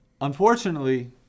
unfortunately